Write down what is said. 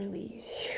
release.